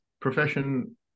profession